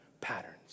patterns